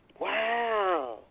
Wow